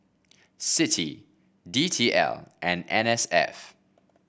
CITI D T L and N S F